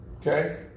Okay